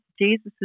Jesus